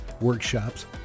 workshops